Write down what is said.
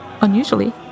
unusually